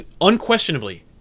unquestionably